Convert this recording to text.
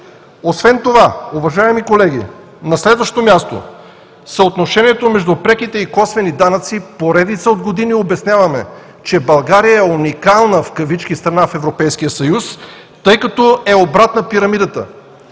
довели. Уважаеми колеги, на следващо място, съотношението между преките и косвените данъци поредица от години обясняваме, че България е „уникална страна“ в Европейския съюз, тъй като е обратна пирамидата.